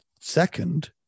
second